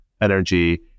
energy